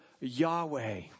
Yahweh